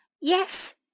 Yes